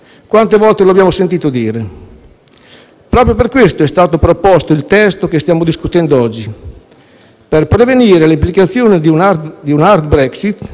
Proprio per questo è stato proposto il testo che stiamo discutendo oggi: per prevenire le implicazioni di una *hard* Brexit, perché dopo sarebbe troppo tardi.